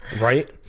Right